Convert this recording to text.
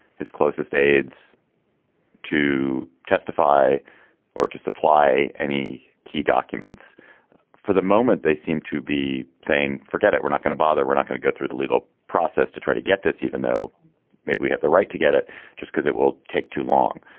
his closest aides to testify or to supply any key documents for the moment. they seem to be saying forget it we're not going to bother we're not going to go through the legal process to try to get this even though maybe we have the right to get it just because it will take too long.